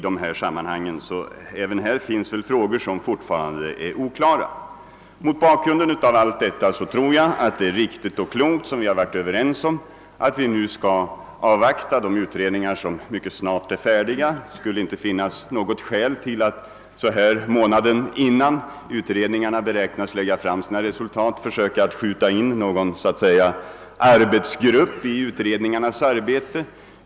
Där finns sålunda alltjämt en del oklara frågor. Mot bakgrunden av det anförda tror jag sålunda det är riktigt och klokt att göra så som vi enats om, nämligen avvakta resultatet av de utredningar som mycket snart blir färdiga. Det finns inget skäl för att nu, någon månad innan utredningarna kan väntas lägga fram sina resultat, skjuta in en arbetsgrupp i utredningarnas arbete.